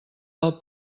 del